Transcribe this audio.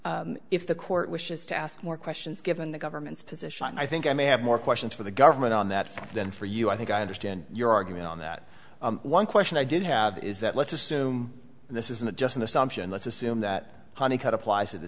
sexton if the court wishes to ask more questions given the government's position i think i may have more questions for the government on that than for you i think i understand your argument on that one question i did have is that let's assume this is not just an assumption let's assume that honeycutt applies to the